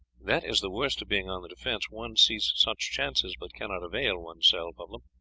that is the worst of being on the defence one sees such chances but cannot avail one's self of them.